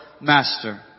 master